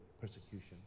persecution